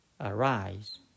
arise